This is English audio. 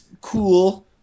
cool